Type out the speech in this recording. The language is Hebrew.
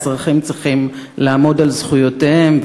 האזרחים צריכים לעמוד על זכויותיהם,